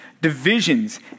divisions